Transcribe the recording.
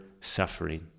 suffering